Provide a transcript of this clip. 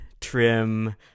trim